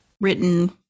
written